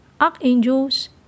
Archangels